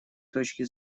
точки